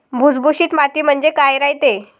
भुसभुशीत माती म्हणजे काय रायते?